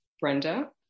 Brenda